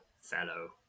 fellow